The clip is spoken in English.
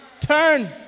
turn